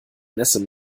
nässe